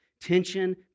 Tension